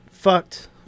fucked